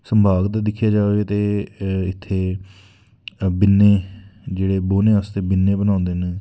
संभाग ते दिक्खे दा ते इत्थें बिन्ने जेह्ड़े बौह्ने आस्तै बिन्ने बनांदे न